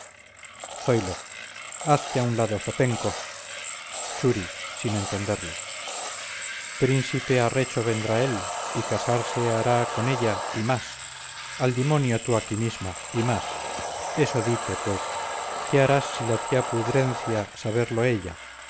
pues zoilo hazte a un lado zopenco churi sin entenderle prínsipe arrecho vendrá él y casarse hará con ella y más al dimonio tú aquí mismo y más eso dite pues qué harás si la tía pudrencia saberlo ella